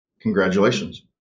Congratulations